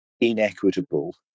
inequitable